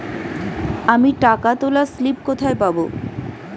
আমি টাকা তোলার স্লিপ কোথায় পাবো?